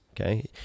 Okay